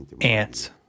ants